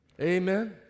amen